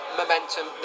Momentum